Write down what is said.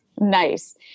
Nice